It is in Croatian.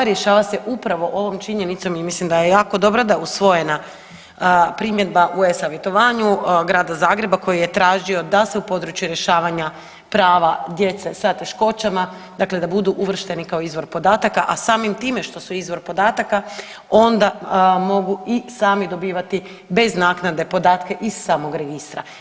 Rješava se upravo ovom činjenicom i mislim da je jako dobro da je usvojena primjedba u e-Savjetovanju Grada Zagreba koji je tražio da se u područje rješavanja prava djece sa teškoćama, dakle da budu uvršteni kao izvor podataka, a samim time što su izvor podataka, onda mogu i sami dobivati bez naknade podatke iz samog Registra.